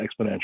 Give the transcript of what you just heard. exponential